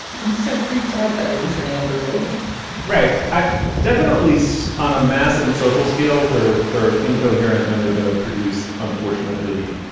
i'm so freaked out by the loosening of the rules right. i definitely is so on a massen social scale. they're third incoherent. and they're going to produce, unfortunately,